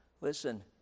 Listen